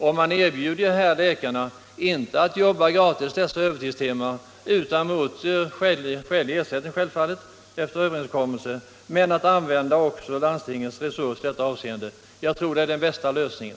Man erbjuder här läkarna inte att jobba dessa övertidstimmar gratis utan mot skälig ersättning efter överenskommelse, och man erbjuder dem att använda landstingens resurser i detta avseende. Jag tror att det är den bästa lösningen.